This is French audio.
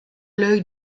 l’œil